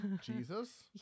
Jesus